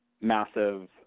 massive